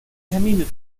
hermine